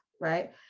right